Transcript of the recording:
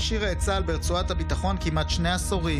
חוששת שהעם כבר לא שומע את הזעקות של החטופים.